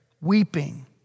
weeping